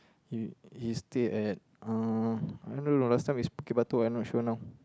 he he stays at uh I don't know last time is Bukit-Batok I not sure now